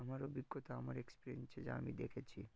আমার অভিজ্ঞতা আমার এক্সপেরিয়েন্সে যা আমি দেখেছি